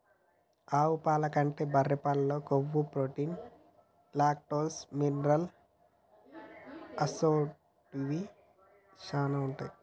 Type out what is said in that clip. ఆవు పాల కంటే బర్రె పాలల్లో కొవ్వు, ప్రోటీన్, లాక్టోస్, మినరల్ అసొంటివి శానా ఉంటాయి